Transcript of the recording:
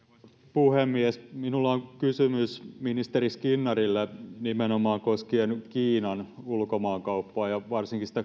puhemies minulla on kysymys ministeri skinnarille nimenomaan koskien kiinan ulkomaankauppaa ja varsinkin